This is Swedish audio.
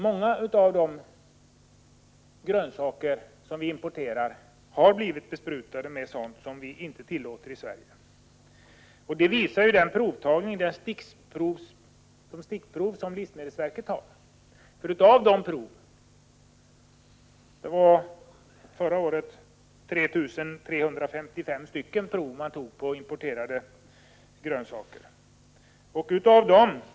Många av de grönsaker som vi importerar har blivit besprutade med sådana preparat som vi inte tillåter i Sverige. Det visar de stickprov som livsmedelsverket tar. Förra året tog man 3355 prov på importerade grönsaker.